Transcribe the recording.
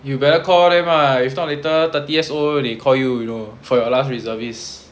you better call them lah if not later thirty years old oh they call you you know for your last reservists